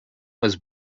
was